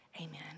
amen